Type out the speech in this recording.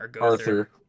Arthur